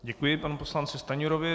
Děkuji panu poslanci Stanjurovi.